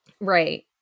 Right